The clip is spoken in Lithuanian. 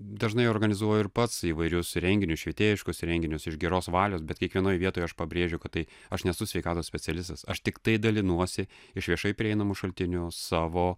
dažnai organizuoju ir pats įvairius renginius švietėjiškus renginius iš geros valios bet kiekvienoj vietoj aš pabrėžiu kad tai aš nesu sveikatos specialistas aš tiktai dalinuosi iš viešai prieinamų šaltinių savo